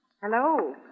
Hello